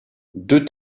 deux